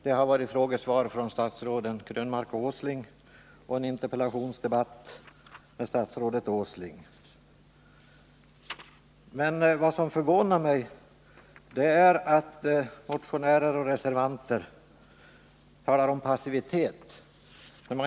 Det har förekommit frågesvar av statsråden Krönmark och Åsling och det har varit en interpellationsdebatt med statsrådet Åsling. Vad som förvånar mig är att motionärer och reservanter talar om passivitet.